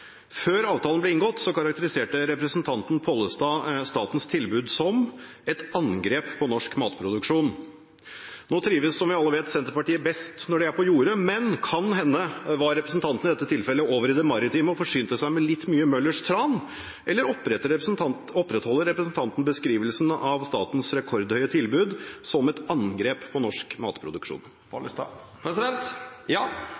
Før avtalen ble inngått, karakteriserte representanten Pollestad statens tilbud som et «angrep på norsk matproduksjon». Nå trives, som vi alle vet, Senterpartiet best når de er på jordet, men kan hende var representanten i dette tilfellet over i det maritime, og forsynte seg med litt mye Møllers tran – eller opprettholder representanten beskrivelsen av statens rekordhøye tilbud som et «angrep på norsk matproduksjon»? Ja, tilbodet frå staten var eit angrep på norsk matproduksjon.